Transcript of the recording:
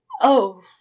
Oh